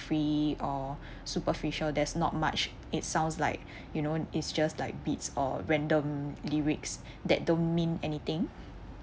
free or superficial there's not much it sounds like you know it's just like beats or random lyrics that don't mean anything